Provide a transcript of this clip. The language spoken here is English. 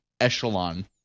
echelon